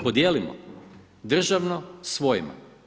Podijelimo državno svojima.